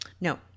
No